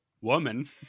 woman